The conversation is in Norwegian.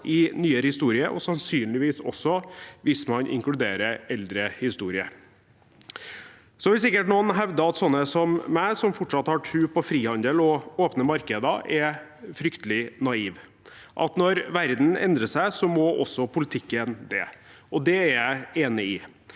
i nyere historie, og sannsynligvis også hvis man inkluderer eldre historie. Så vil sikkert noen hevde at sånne som meg, som fortsatt har tro på frihandel og åpne markeder, er fryktelig naive – at når verden endrer seg, må også politikken det. Det er jeg enig i.